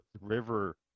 River